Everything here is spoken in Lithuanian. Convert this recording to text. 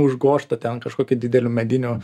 užgožta ten kažkokiu dideliu mediniu